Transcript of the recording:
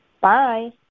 Bye